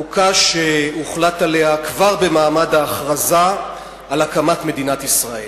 חוקה שהוחלט עליה כבר במעמד ההכרזה על הקמת מדינת ישראל.